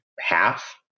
Half